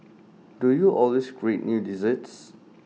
do you always create new desserts